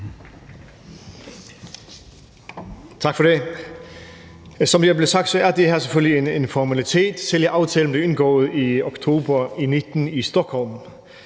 Tak for det. Som det er blevet sagt, er det her selvfølgelig en formalitet. Selve aftalen blev indgået i oktober 2019 i Stockholm.